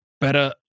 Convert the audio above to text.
better